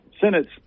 Senate's